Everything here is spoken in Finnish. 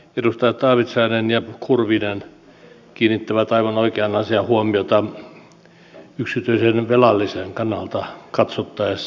edustajat taavitsainen ja kurvinen kiinnittävät aivan oikeaan asiaan huomiota yksityisen velallisen kannalta katsottaessa